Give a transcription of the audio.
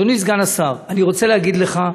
אדוני סגן השר, אני רוצה להגיד לך,